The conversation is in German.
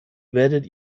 werdet